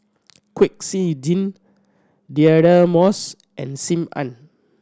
Kwek Siew Jin Deirdre Moss and Sim Ann